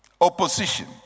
Opposition